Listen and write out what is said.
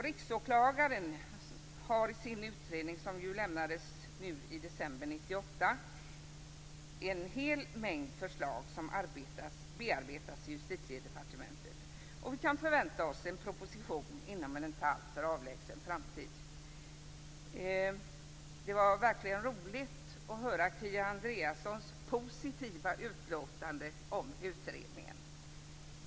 Riksåklagaren har i sin utredning, som lades fram i december 1998, en mängd förslag som bearbetas i Justitiedepartementet. Vi kan förvänta oss en proposition inom en inte alltför avlägsen framtid. Det var verkligen roligt att höra Kia Andreassons positiva utlåtande om utredningen.